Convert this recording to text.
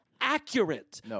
accurate